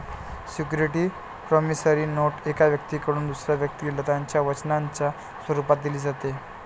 security promissory note एका व्यक्तीकडून दुसऱ्या व्यक्तीला त्याच्या वचनाच्या स्वरूपात दिली जाते